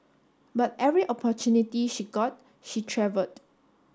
but every opportunity she got she travelled